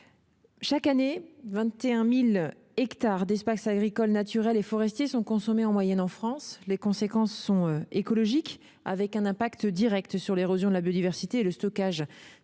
chaque année, 21 000 hectares d'espaces agricoles, naturels et forestiers sont consommés en moyenne en France. Les conséquences sont écologiques, avec un impact direct sur l'érosion de la biodiversité et le stockage